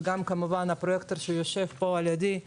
וגם כמובן הפרויקטור שיושב פה על ידי,